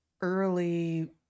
early